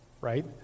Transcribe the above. right